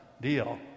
deal